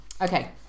okay